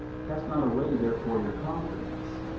cast not away therefore your confidence,